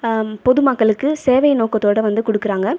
பொதுமக்களுக்கு சேவை நோக்கத்தோடு வந்து கொடுக்கறாங்க